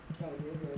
oh 黏人